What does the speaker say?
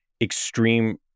extreme